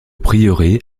prieuré